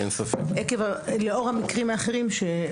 לאור המקרים האחרים.